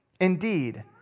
Indeed